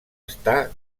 està